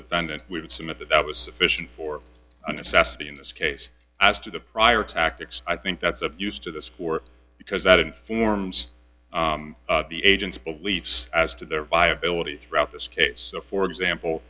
defendant we had some of that that was sufficient for a necessity in this case as to the prior tactics i think that's of used to this court because that informs the agent's beliefs as to their viability throughout this case for example